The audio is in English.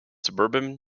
suburban